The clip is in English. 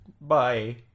bye